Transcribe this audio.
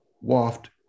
waft